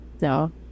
no